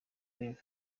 rev